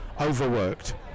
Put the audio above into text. overworked